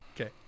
Okay